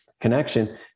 connection